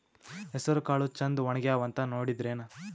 ಹೆಸರಕಾಳು ಛಂದ ಒಣಗ್ಯಾವಂತ ನೋಡಿದ್ರೆನ?